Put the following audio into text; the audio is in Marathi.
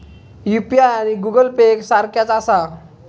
यू.पी.आय आणि गूगल पे एक सारख्याच आसा?